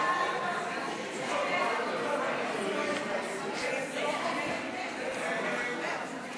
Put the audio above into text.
ועדת הכנסת לבחור את חבר הכנסת אחמד טיבי לסגן ליושב-ראש הכנסת נתקבלה.